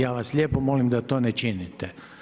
Ja vas lijepo molim da to ne činite.